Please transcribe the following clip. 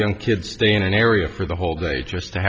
young kids stay in an area for the whole day just to